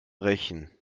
rächen